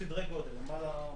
סדרי גודל של בין